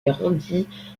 grandi